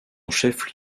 chef